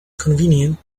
convenient